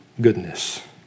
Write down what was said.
goodness